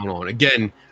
again